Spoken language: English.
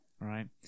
Right